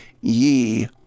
ye